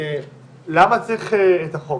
למה צריך את החוק?